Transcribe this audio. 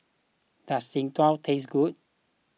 does Jian Dui taste good